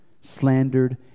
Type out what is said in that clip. slandered